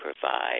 provide